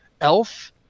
elf